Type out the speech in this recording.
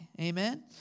Amen